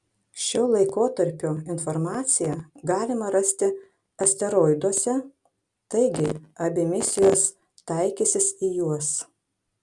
šio laikotarpio informaciją galima rasti asteroiduose taigi abi misijos taikysis į juos